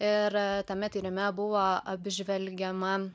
ir tame tyrime buvo apžvelgiama